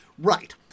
Right